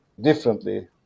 differently